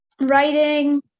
Writing